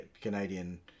Canadian